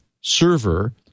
server